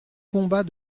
combat